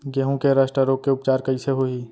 गेहूँ के रस्ट रोग के उपचार कइसे होही?